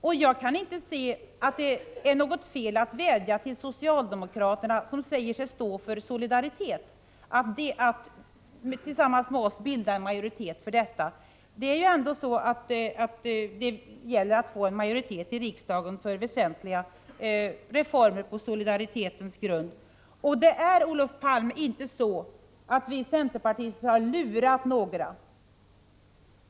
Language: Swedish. Och jag kaninte se att det är något fel att vädja till socialdemokraterna, som säger sig stå för solidaritet, att tillsammans med oss bilda en majoritet för detta. Det gäller ju ändå att få en majoritet i riksdagen för väsentliga reformer på solidaritetens grund. Och det är, Olof Palme, inte så att vi centerpartister har lurat några.